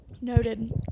noted